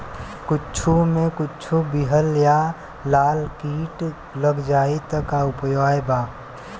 कद्दू मे कद्दू विहल या लाल कीट लग जाइ त का उपाय बा?